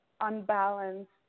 unbalanced